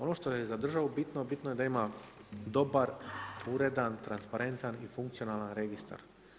Ono što je za državu bitno, bitno da ima dobar uredan, transparentan i funkcionalan registar.